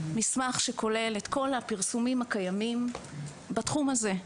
מסמך שכולל את כל הפרסומים הקיימים בתחום הזה.